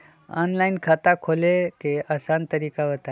Online खाता खोले के आसान तरीका बताए?